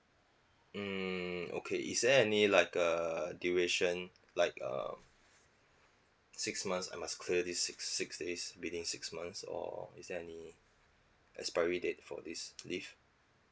mm okay is there any like a duration like um six months I must clear these six six days within six months or is there any expiry date for this leave